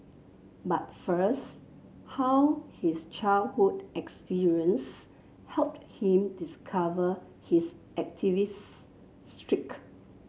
but first how his childhood experience helped him discover his activist streak